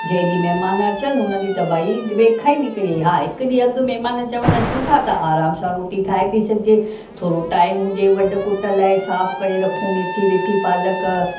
जे ॾींहुं महिमान अचनि उन ॾींहुं त भाई वेख़ ई निकिरी वई हा हिकु ॾींहुं अॻु महिमान चवनि अचूं था त आराम सां रोटी ठाहे थी सघिजे थोरो टाइम हुजे वढ कुट लाइ साफ़ करे रखूं मेथी वेथी पालक